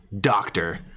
doctor